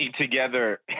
together